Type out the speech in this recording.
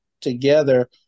together